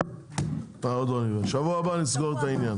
שבוע הבא נסגור את העניין.